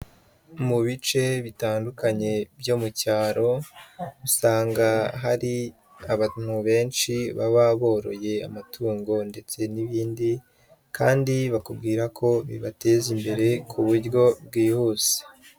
Mu bice bitandukanye byo mu cyaro, usanga hari abantu benshi baba boroye amatungo ndetse n'ibindi kandi bakubwira ko bibateza imbere ku buryo bwihuse.